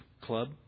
club